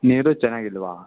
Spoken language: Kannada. ನೀರು ಚೆನ್ನಾಗಿಲ್ವಾ